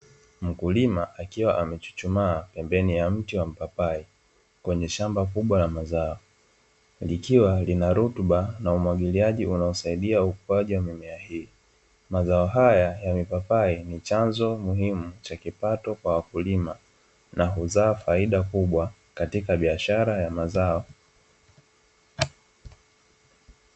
Mkulima akiwa amechuchumaa pembeni ya mti wa mpapai, kwenye shamba kubwa la mazao, likiwa lina rutuba na umwagiliaji unaosaidia ukuaji wa mimea hii. Mazao haya ya mipapai ni chanzo muhimu cha kipato kwa wakulima, na huzaa faida kubwa katika biashara ya mazao.